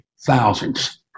thousands